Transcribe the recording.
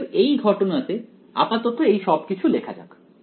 অতএব এই ঘটনাতে আপাতত এই সবকিছু লেখা যাক